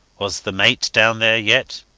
was the mate down there yet?